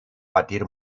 batir